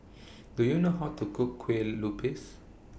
Do YOU know How to Cook Kue Lupis